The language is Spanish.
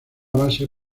base